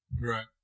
Right